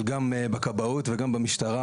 גם בכבאות וגם במשטרה,